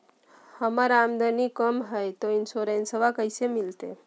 हमर आमदनी कम हय, तो इंसोरेंसबा कैसे मिलते?